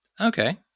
Okay